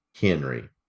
Henry